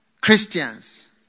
Christians